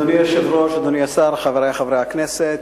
אדוני היושב-ראש, אדוני השר, חברי חברי הכנסת,